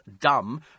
dumb